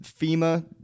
FEMA